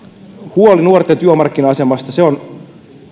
huoli nuorten työmarkkina asemasta on